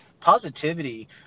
positivity